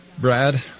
Brad